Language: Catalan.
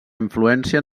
influència